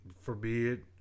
forbid